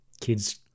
kids